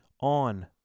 on